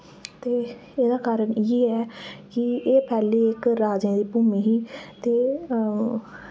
ते एह्दा कारण इयै ऐ कि एह् पैह्ले इक राजें दी भूमि ही ते